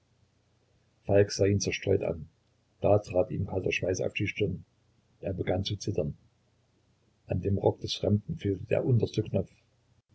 falk sah ihn zerstreut an da trat ihm kalter schweiß auf die stirn er begann zu zittern an dem rock des fremden fehlte der unterste